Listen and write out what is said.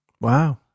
Wow